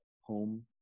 home